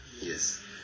Yes